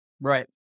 right